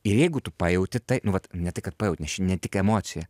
ir jeigu tu pajauti tai nu vat ne tai kad pajauti nes čia ne tik emocija